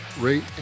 rate